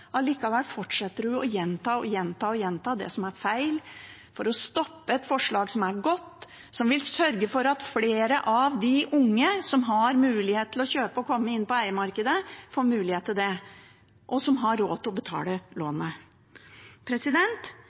Allikevel fortsetter hun å gjenta og gjenta det som er feil, for å stoppe et forslag som er godt, og som vil sørge for at flere av de unge som har muligheten til å kjøpe og komme seg inn på eiemarkedet, og som har råd til å betale